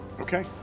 Okay